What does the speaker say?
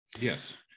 Yes